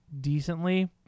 decently